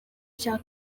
cya